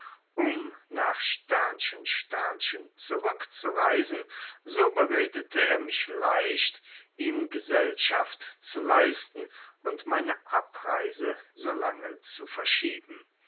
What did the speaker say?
um nach zurückzureisen so beredete er mich leicht ihm gesellschaft zu leisten und meine abreise solange zu verschieben